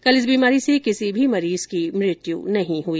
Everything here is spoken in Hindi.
कल इस बीमारी से किसी भी मरीज की मृत्यु नहीं हुई